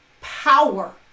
power